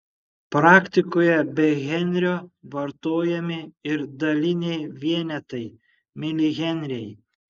praktikoje be henrio vartojami ir daliniai vienetai milihenriai